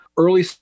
Early